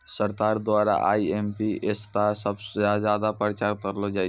सरकारो द्वारा आई.एम.पी.एस क सबस ज्यादा प्रचार करलो जाय छै